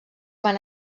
van